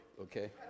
okay